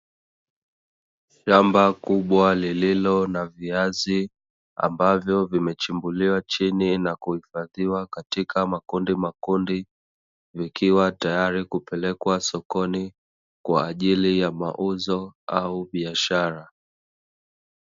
Shamba kubwa, lililo na viazi ambavyo vimechimbuliwa chini na kuhifadhiwa katika makundi makundi vikiwa tayari kupelekwa sokoni kwa ajili ya mauzo au biashara.